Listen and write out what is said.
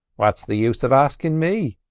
what's the use of askin' me?